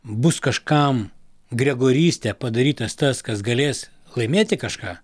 bus kažkam gregorystė padarytas tas kas galės laimėti kažką